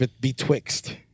betwixt